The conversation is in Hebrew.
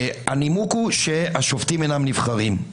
הנימוק הוא שהשופטים אינם נבחרים.